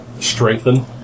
strengthen